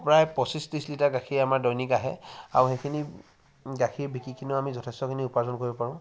প্ৰায় পঁচিছ ত্ৰিছ লিটাৰ গাখীৰ আমাৰ দৈনিক আহে আৰু সেইখিনি গাখীৰ বিকিকেনিও আমি যথেষ্ট উপাৰ্জন কৰিব পাৰোঁ